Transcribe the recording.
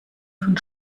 von